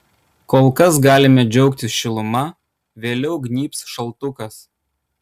kol kas galime džiaugtis šiluma vėliau gnybs šaltukas